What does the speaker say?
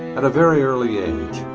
at a very early age,